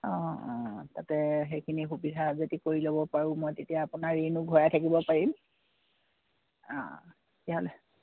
অঁ অঁ তাতে সেইখিনি সুবিধা যদি কৰি ল'ব পাৰোঁ মই তেতিয়া আপোনাৰ ঋণো ঘূৰাই থাকিব পাৰিম অঁ তেতিয়াহ'লে